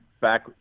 back